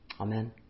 Amen